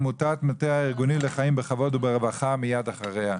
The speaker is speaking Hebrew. עמותת מטה הארגונים לחיים בכבוד ורווחה מייד אחריה.